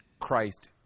Christ